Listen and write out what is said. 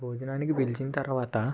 భోజనానికి పిలిచిన తరువాత